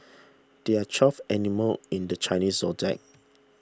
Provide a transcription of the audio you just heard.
there are twelve animal in the Chinese zodiac